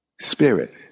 Spirit